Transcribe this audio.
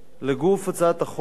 לגוף הצעת החוק: